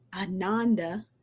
Ananda